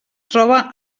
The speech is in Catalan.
troba